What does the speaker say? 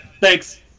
Thanks